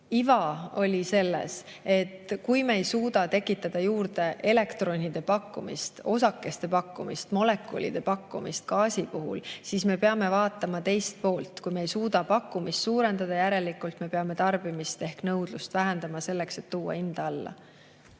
Iva oli selles, et kui me ei suuda tekitada juurde elektronide pakkumist, osakeste pakkumist, molekulide pakkumist gaasi puhul, siis me peame vaatama teist poolt. Kui me ei suuda pakkumist suurendada, järelikult me peame tarbimist ehk nõudlust vähendama, selleks et hinda alla